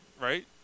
right